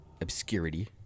obscurity